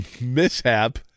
mishap